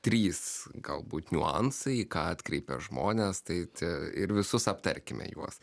trys galbūt niuansai į ką atkreipia žmonės tai tie ir visus aptarkime juos